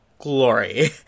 glory